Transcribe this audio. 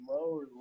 lower